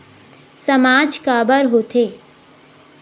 सामाज काबर हो थे?